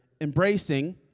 embracing